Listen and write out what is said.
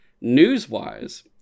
News-wise